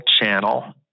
channel